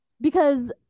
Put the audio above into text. Because-